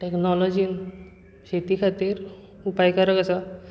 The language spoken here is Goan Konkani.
टॅक्नोलॉजींत शेती खातीर उपाय गरज आसा